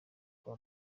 kwa